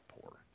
poor